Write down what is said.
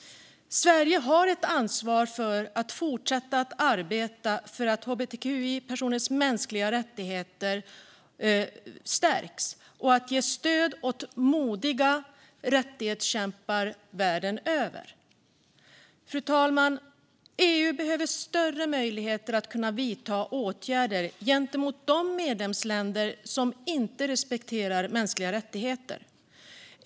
Sverige har ett ansvar att fortsätta att arbeta för att hbtqi-personers mänskliga rättigheter stärks och att ge stöd åt modiga rättighetskämpar världen över. Fru talman! EU behöver större möjligheter att kunna vidta åtgärder gentemot de medlemsländer som inte respekterar mänskliga rättigheter.